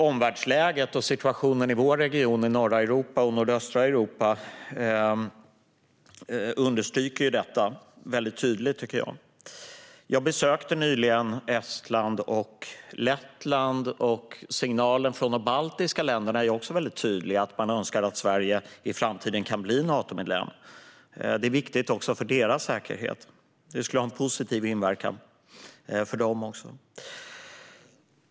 Omvärldsläget och situationen i vår region i norra Europa och nordöstra Europa understryker detta tydligt. Jag besökte nyligen Estland och Lettland. Signalen från de baltiska länderna är tydliga, det vill säga att de önskar att Sverige i framtiden kan bli Natomedlem. Det är viktigt också för deras säkerhet, och det skulle ha en positiv inverkan för dem.